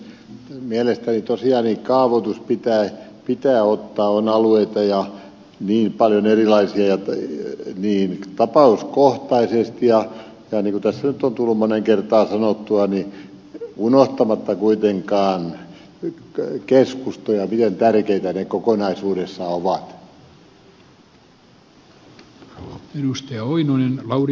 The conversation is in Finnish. mielestäni tosiaan kaavoitus pitää ottaa on niin paljon erilaisia alueita tapauskohtaisesti ja niin kuin tässä on nyt tullut moneen kertaan sanottua unohtamatta kuitenkaan keskustoja miten tärkeitä ne kokonaisuudessaan ovat